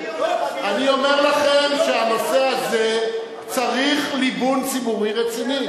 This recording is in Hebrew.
אני אומר לכם שהנושא הזה צריך ליבון ציבורי רציני.